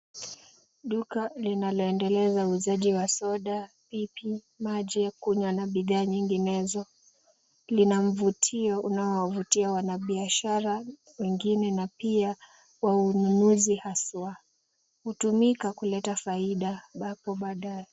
Duka linaloendeleza uuzaji wa soda, pipi, maji ya kunywa na bidhaa nyinginezo, lina mvutio unaovutia wanabiashara wengine na pia wanunuzi haswa. Hutumika kuleta faida hapo baadaye.